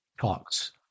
talks